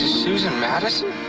susan madison?